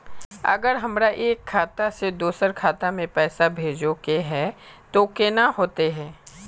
अगर हमरा एक खाता से दोसर खाता में पैसा भेजोहो के है तो केना होते है?